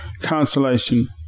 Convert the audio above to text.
Consolation